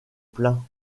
plein